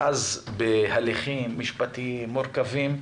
ואז נדרשים הליכים משפטיים מורכבים.